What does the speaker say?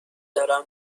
دارم